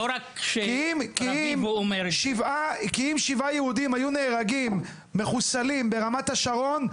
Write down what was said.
כי אם שבעה יהודים היו מחוסלים ברמת השרון,